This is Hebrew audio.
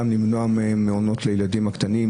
גם למניעת מעונות מילדים קטנים,